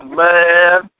man